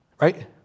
right